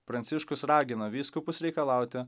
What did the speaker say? pranciškus ragino vyskupus reikalauti